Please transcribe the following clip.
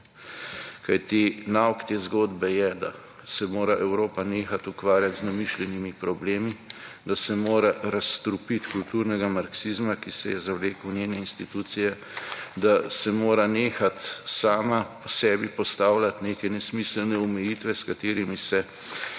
kajti nauk te zgodbe je, da se mora Evropa nehati ukvarjati z namišljenimi problemi, da se mora razstrupiti kulturnega marksizma, ki se je zavlekel v njene institucije, da se mora nehati sama sebi postavljati neke nesmiselne omejitve s katerimi se